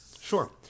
Sure